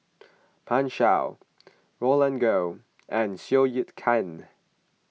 Pan Shou Roland Goh and Seow Yit Kin